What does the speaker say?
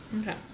Okay